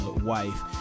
wife